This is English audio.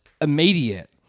immediate